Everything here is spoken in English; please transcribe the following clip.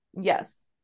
yes